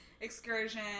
excursion